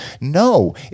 No